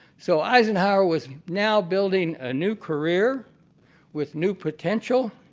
so, eisenhower was now building a new career with new potential.